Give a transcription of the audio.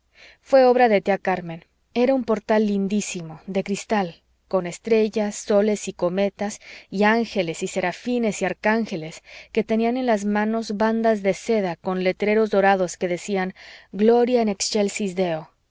fué obra de tía carmen era un portal lindísimo de cristal con estrellas soles y cometas y ángeles y serafines y arcángeles que tenían en las manos bandas de seda con letreros dorados que decían gloria in excelsis deo